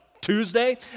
Tuesday